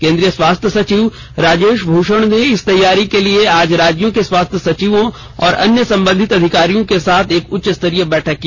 केंद्रीय स्वास्थ्य सचिव राजेश भूषण ने इस तैयारी के लिए आज राज्यों के स्वास्थ्य सचिव और अन्य संबंधित अधिकारियों के साथ एक उच्च स्तरीय बैठक की